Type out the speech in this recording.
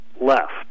left